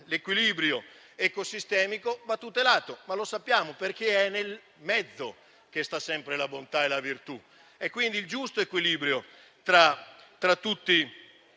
l'equilibrio ecosistemico va tutelato, ma lo sappiamo, perché è nel mezzo che sta sempre la bontà e la virtù e quindi il giusto equilibrio tra tutte